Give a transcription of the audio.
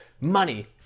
money